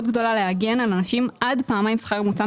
גדולה להגן על אנשים עד פעמיים שכר ממוצע.